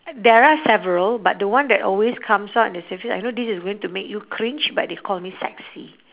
there are several but the one that always comes out in I know this is going to make you cringe but they call me sexy